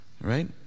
Right